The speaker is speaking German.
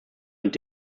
und